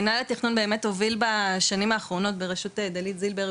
התכנון באמת בשנים האחרונות בראשות דלית זילבר,